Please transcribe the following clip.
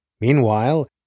Meanwhile